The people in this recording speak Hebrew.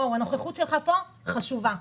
הנוכחות שלך פה חשובה,